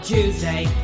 Tuesday